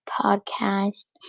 podcast